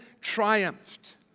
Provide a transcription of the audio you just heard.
triumphed